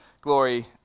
glory